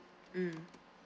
mm